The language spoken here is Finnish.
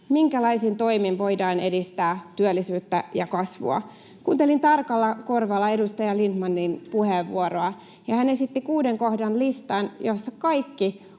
minkälaisin toimin voidaan edistää työllisyyttä ja kasvua. Kuuntelin tarkalla korvalla edustaja Lindtmanin puheenvuoroa, ja hän esitti kuuden kohdan listan, jossa kaikki